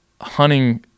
hunting